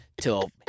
till